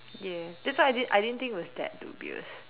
ya that's why I didn't I didn't think it was that dubious